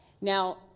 Now